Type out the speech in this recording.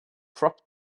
crop